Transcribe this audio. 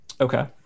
Okay